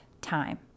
time